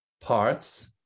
parts